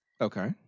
okay